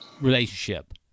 relationship